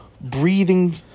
breathing